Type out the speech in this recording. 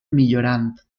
millorant